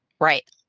Right